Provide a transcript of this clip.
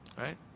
Right